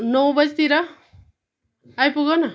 नौ बजीतिर आइपुग न